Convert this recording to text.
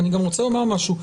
אני גם רוצה לומר משהו,